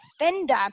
offender